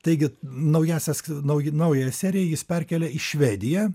taigi naująsias nauji naująją seriją jis perkėlė į švediją